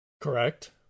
Correct